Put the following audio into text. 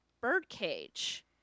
birdcage